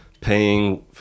paying